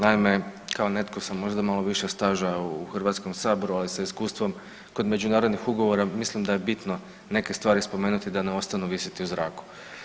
Naime kao netko sam malo možda više staža u Hrvatskom saboru ali sa iskustvom kod međunarodnih ugovora mislim da je bitno neke stvari spomenuti da ne ostanu visiti u zraku.